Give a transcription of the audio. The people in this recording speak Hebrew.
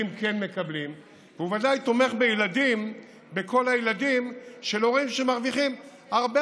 הוא בוודאי תומך בכל הילדים של הורים שמרוויחים הרבה